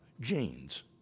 genes